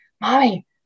Mommy